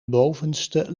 bovenste